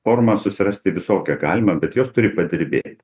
formą susirasti visokią galima bet jos turi padirbė